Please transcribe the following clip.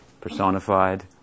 personified